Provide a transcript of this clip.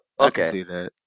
okay